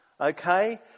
okay